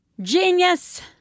Genius